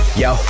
yo